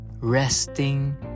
resting